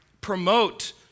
promote